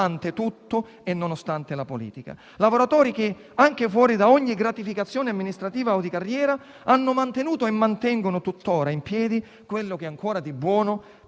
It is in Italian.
nonostante tutto e nonostante la politica. Si tratta di lavoratori che, anche fuori da ogni gratificazione amministrativa o di carriera, hanno mantenuto e mantengono tuttora in piedi quello che ancora di buono